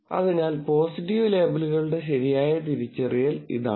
അതിനാൽ പോസിറ്റീവ് ലേബലുകളുടെ ശരിയായ തിരിച്ചറിയൽ ഇതാണ്